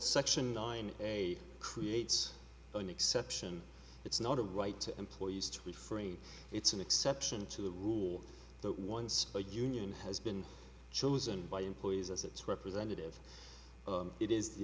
section nine a creates an exception it's not a right to employees to be free it's an exception to the rule that once a union has been chosen by employees as its representative it is the